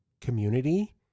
community